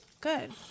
Good